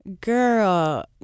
Girl